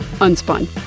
Unspun